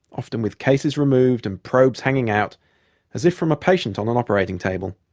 often with cases removed and probes hanging out as if from a patient on an operating table.